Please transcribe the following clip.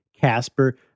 Casper